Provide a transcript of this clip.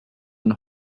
and